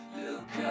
look